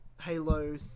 Halo